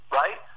right